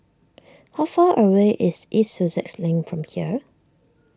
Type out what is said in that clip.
how far away is East Sussex Lane from here